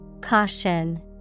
Caution